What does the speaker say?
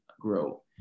grow